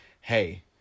hey